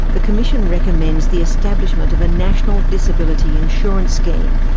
the commission recommends the establishment of a national disability insurance scheme,